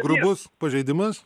grubus pažeidimas